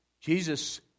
Jesus